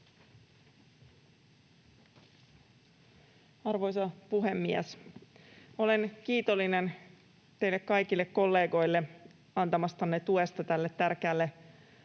Arvoisa puhemies! Olen kiitollinen teille kaikille kollegoille antamastanne tuesta tälle tärkeälle